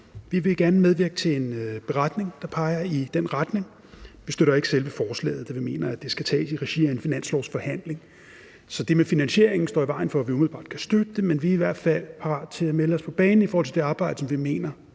Vi vil gerne medvirke til en beretning, der peger i den retning. Vi støtter ikke selve forslaget, da vi mener, at det skal tages i regi af en finanslovsforhandling. Så det med finansieringen står i vejen for, at vi umiddelbart kan støtte det, men vi er i hvert fald parat til at melde os på banen i forhold til det arbejde, som vi mener